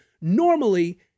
normally